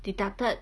deducted